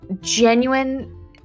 genuine